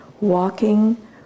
walking